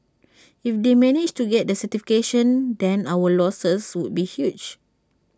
if they managed to get the certification then our losses would be huge